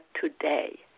today